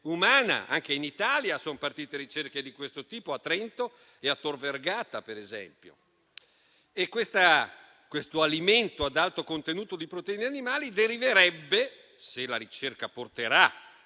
anche in Italia sono partite ricerche di questo tipo, per esempio a Trento e a Tor Vergata. Questo alimento ad alto contenuto di proteine animali deriverebbe, se la ricerca porterà